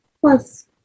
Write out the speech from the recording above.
Plus